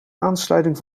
aansluiting